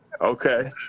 Okay